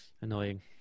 Annoying